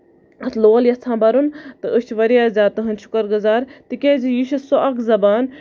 اَتھ لول یژَھان بَرُن تہٕ أسۍ چھِ واریاہ زیادٕ تُہُندۍ شُکُر گُزار تِکیازِ یہِ چھُ سُہ اکھ زَبان